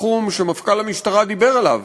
בתחום שמפכ"ל המשטרה דיבר עליו: